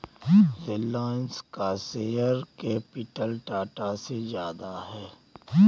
रिलायंस का share capital Tata से ज्यादा है